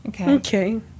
Okay